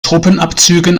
truppenabzügen